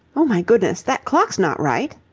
oh, my goodness! that clock's not right?